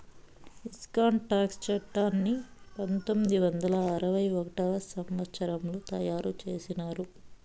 income tax చట్టాన్ని పంతొమ్మిది వందల అరవై ఒకటవ సంవచ్చరంలో తయారు చేసినారు